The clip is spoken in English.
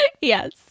Yes